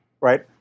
right